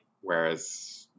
whereas